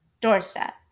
doorstep